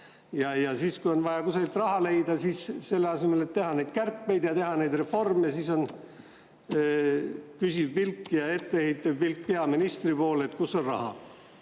Ja kui on vaja kusagilt raha leida, siis selle asemel, et teha neid kärpeid ja teha neid reforme, heidate küsiva ja etteheitva pilgu peaministri poole, et kus on raha. Minu